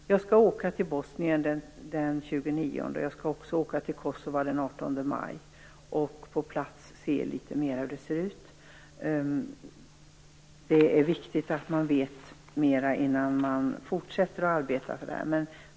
Jag skall åka till Bosnien den 29 april, och jag skall även åka till Kosova den 18 maj och på plats se litet mer hur det ser ut. Det är viktigt att man vet mer innan man fortsätter att arbeta för detta.